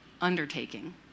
undertaking